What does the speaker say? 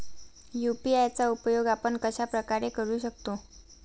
UPI चा उपयोग आपण कशाप्रकारे करु शकतो?